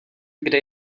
kde